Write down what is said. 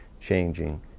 changing